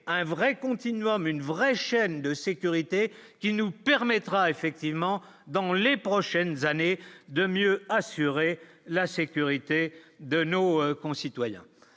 un vrai continuum une vraie chaîne de sécurité qui nous permettra, effectivement, dans les prochaines années, de mieux assurer la sécurité de nos concitoyens,